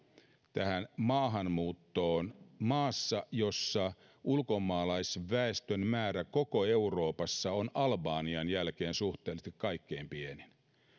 tähän maahanmuuttoon maassa jossa ulkomaalaisväestön määrä koko euroopassa on albanian jälkeen suhteellisesti kaikkein pienin